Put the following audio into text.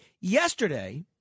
Yesterday